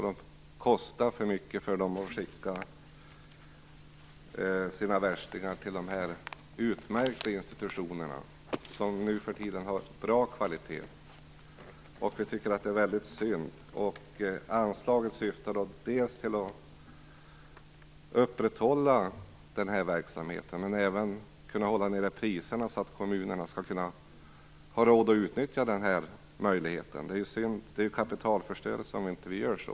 Det kostar för mycket för dem att skicka sina värstingar till de här utmärkta institutionerna - nu för tiden är nämligen dessa av god kvalitet - och vi tycker att det är väldigt synd. Anslaget syftar dels till att upprätthålla den här verksamheten, dels till att kunna hålla nere priserna så att kommunerna har råd att utnyttja den här möjligheten. Det vore kapitalförstörelse att inte göra så.